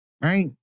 Right